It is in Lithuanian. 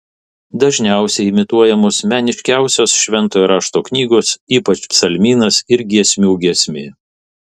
dažniausiai imituojamos meniškiausios šventojo rašto knygos ypač psalmynas ir giesmių giesmė